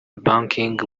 banking